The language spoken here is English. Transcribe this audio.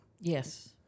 Yes